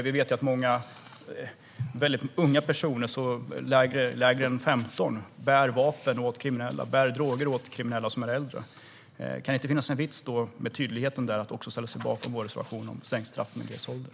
Vi vet att många mycket unga personer, under 15 år, bär vapen och droger åt kriminella som är äldre. Kan det då inte vara en vits med tydligheten och att ställa sig bakom vår reservation om sänkt straffmyndighetsålder?